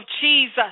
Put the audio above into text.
jesus